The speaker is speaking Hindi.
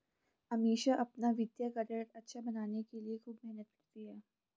अमीषा अपना वित्तीय करियर अच्छा बनाने के लिए खूब मेहनत करती है